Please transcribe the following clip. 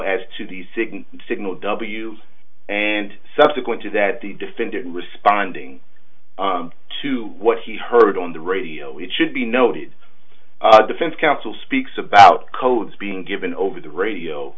as to the signal signal w and subsequent to that the defendant responding to what he heard on the radio it should be noted defense counsel speaks about codes being given over the radio